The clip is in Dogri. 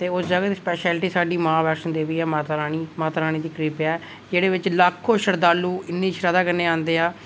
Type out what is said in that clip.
ते उस जगह दी स्पैशैलिटी स्हाड़ी मां वैष्णो देवी ऐ माता रानी माता रानी दी कृपा ऐ जेहदे बिच लाखों श्रद्धालु इन्नी श्रद्धा बिच आंदे ऐ